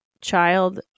child